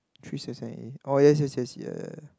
three seven seven A oh yes yes yes ya ya